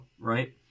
right